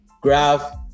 graph